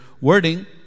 wording